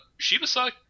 Shibasaki